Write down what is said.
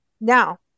Now